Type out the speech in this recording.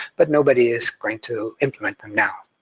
but nobody is going to implement them now,